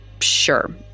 sure